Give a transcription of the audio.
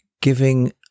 giving